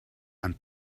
and